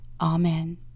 Amen